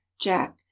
jack